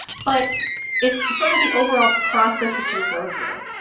but it's sort of the overall process that you'll go through.